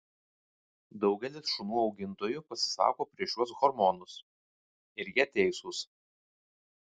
daugelis šunų augintojų pasisako prieš šiuos hormonus ir jie teisūs